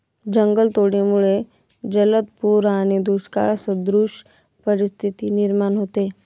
जंगलतोडीमुळे जलद पूर आणि दुष्काळसदृश परिस्थिती निर्माण होते